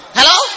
Hello